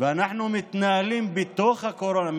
ואנחנו מתנהלים בתוך הקורונה,